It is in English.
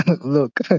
Look